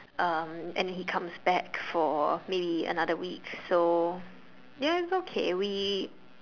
um and he comes back for maybe another week so ya it's okay we